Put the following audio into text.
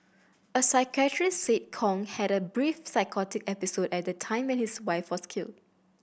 a psychiatrist said Kong had a brief psychotic episode at the time when his wife was killed